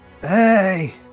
Hey